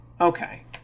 okay